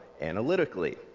analytically